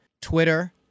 Twitter